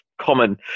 common